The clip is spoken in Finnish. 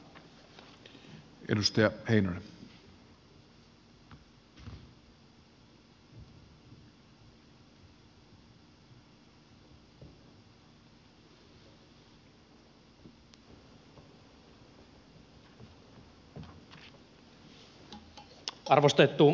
arvostettu puhemies